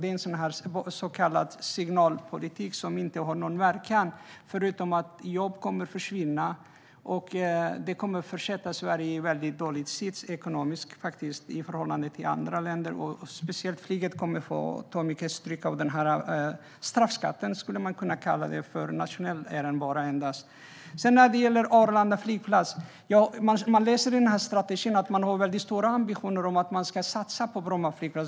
Det är så kallad signalpolitik som inte har någon verkan - förutom att jobb kommer att försvinna. Det kommer att sätta Sverige i en dålig sits ekonomiskt i förhållande till andra länder. Särskilt flyget kommer att få ta mycket stryk av den här straffskatten, skulle man kunna kalla den, för den är endast nationell. När det gäller Arlanda flygplats står det i strategin att man har stora ambitioner om att satsa på Arlanda.